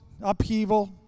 upheaval